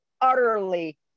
utterly